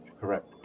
Correct